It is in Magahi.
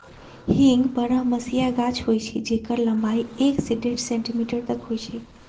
हींग बरहमसिया गाछ होइ छइ जेकर लम्बाई एक से डेढ़ सेंटीमीटर तक होइ छइ